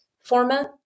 format